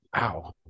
Wow